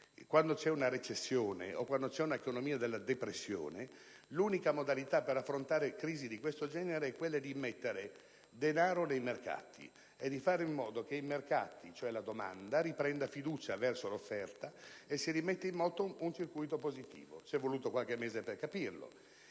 - c'è una recessione o un'economia della depressione, l'unica modalità per affrontare situazioni di questo genere è immettere denaro nei mercati e fare in modo che i mercati, cioè la domanda, riprendano fiducia verso l'offerta, consentendo che si rimetta in moto un circuito positivo. Ci è voluto qualche mese per capirlo.